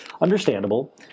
understandable